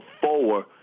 forward